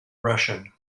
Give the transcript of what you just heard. russian